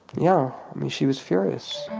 yeah i mean she was furious.